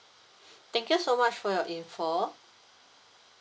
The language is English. thank you so much for your info